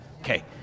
Okay